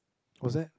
was that